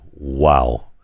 Wow